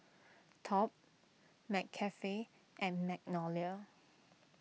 Top McCafe and Magnolia